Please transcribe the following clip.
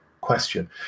question